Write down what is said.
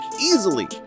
easily